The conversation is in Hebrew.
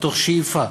מתוך שאיפה